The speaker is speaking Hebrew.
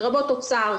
לרבות אוצר,